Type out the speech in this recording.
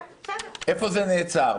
איפה זה נעצר?